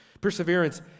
Perseverance